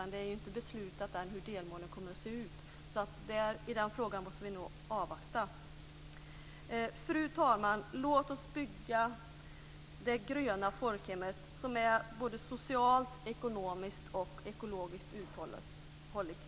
Men det har ju inte beslutats än hur delmålen kommer att se ut, så i den frågan måste vi nog avvakta. Fru talman! Låt oss bygga det gröna folkhemmet, som är både socialt, ekonomiskt och ekologiskt uthålligt!